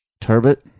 Turbot